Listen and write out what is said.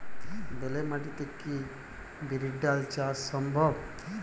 বেলে মাটিতে কি বিরির ডাল চাষ সম্ভব?